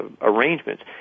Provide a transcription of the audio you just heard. arrangements